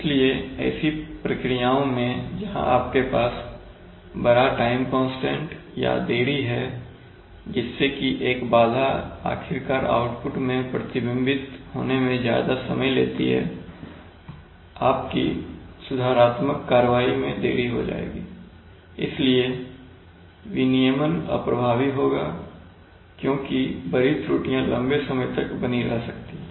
इसलिए ऐसी प्रक्रियाओं में जहां आपके पास बड़ा टाइम कांस्टेंट या देरी है जिससे कि एक बाधा आखिरकार आउटपुट में प्रतिबिंबित होने में ज्यादा समय लेती है आपकी सुधारात्मक कार्रवाई में देरी हो जाएगी इसलिए विनियमन अप्रभावी होगा क्योंकि बड़ी त्रुटियां लंबे समय तक बनी रह सकती हैं